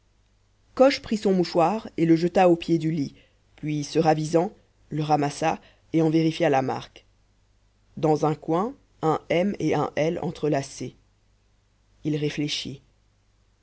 coche prit son mouchoir et le jeta au pied du lit puis se ravisant le ramassa et en vérifia la marque dans un coin un m et un l entrelacés il réfléchit